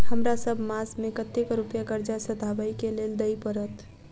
हमरा सब मास मे कतेक रुपया कर्जा सधाबई केँ लेल दइ पड़त?